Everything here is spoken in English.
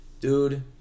Dude